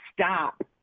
stop